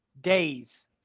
days